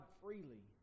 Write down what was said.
freely